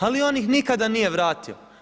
Ali on ih nikada nije vratio.